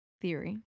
theory